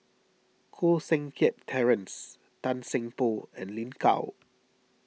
Koh Seng Kiat Terence Tan Seng Poh and Lin Gao